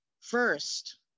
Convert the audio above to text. first